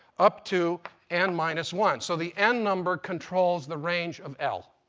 up to n minus one. so the n number controls the range of l.